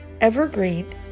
Evergreen